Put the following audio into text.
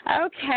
Okay